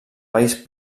país